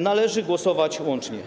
należy głosować łącznie.